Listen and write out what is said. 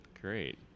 Great